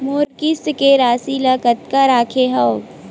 मोर किस्त के राशि ल कतका रखे हाव?